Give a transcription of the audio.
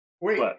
Wait